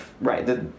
right